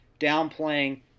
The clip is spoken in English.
downplaying